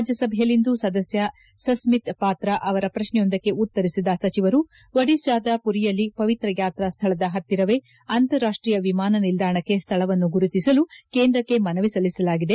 ರಾಜ್ಯಸಭೆಯಲ್ಲಿಂದು ಸದಸ್ಯ ಸಸ್ಮಿತ್ ಪಾತ್ರಾ ಅವರ ಪ್ರಶ್ನೆ ಯೊಂದಕ್ಕೆ ಉತ್ತರಿಸಿದ ಸಚಿವರು ಒಡಿಶಾದ ಪುರಿಯಲ್ಲಿ ಪವಿತ್ರ ಯಾತ್ರಾ ಸ್ವಳದ ಹತ್ತಿರವೇ ಅಂತಾರಾಷ್ಟೀಯ ವಿಮಾನ ನಿಲ್ದಾಣಕ್ಕೆ ಸ್ವಳವನ್ನು ಗುರುತಿಸಲು ಕೇಂದ್ರಕ್ಕೆ ಮನವಿ ಸಲ್ಲಿಸಲಾಗಿದೆ